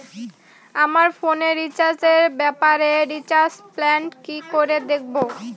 আমার ফোনে রিচার্জ এর ব্যাপারে রিচার্জ প্ল্যান কি করে দেখবো?